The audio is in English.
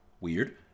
Weird